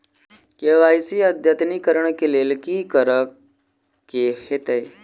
KYC अद्यतनीकरण कऽ लेल की करऽ कऽ हेतइ?